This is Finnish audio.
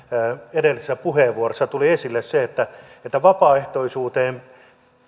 edellisessä puheenvuorossa tuli esille että että vapaaehtoisuuteen